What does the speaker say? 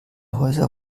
häuser